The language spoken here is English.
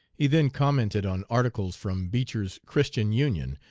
he then commented on articles from beecher's christian union,